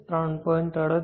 25 3